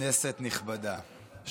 כנסת נכבדה,